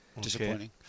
Disappointing